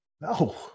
No